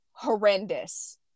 horrendous